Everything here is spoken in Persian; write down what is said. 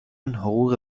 حقوق